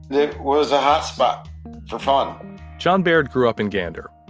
it was a hotspot for fun john baird grew up in gander